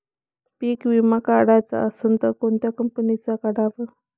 पीक विमा काढाचा असन त कोनत्या कंपनीचा काढाव?